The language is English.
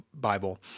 Bible